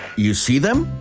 you see them?